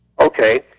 Okay